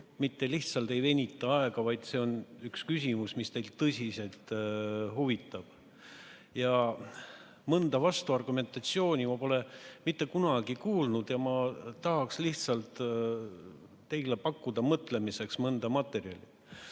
mitte lihtsalt ei venita aega, vaid see on üks küsimusi, mis teid tõsiselt huvitab. Mõnda vastuargumentatsiooni polnud mitte kunagi kuulnud. Ma tahaks lihtsalt teile pakkuda mõtlemiseks mõnda materjali.